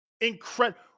incredible –